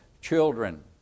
children